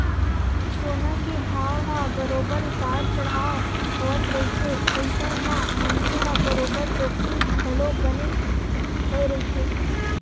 सोना के भाव ह बरोबर उतार चड़हाव होवत रहिथे अइसन म मनखे ल बरोबर जोखिम घलो बने होय रहिथे